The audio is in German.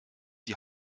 die